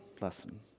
lesson